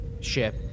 ship